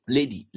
Lady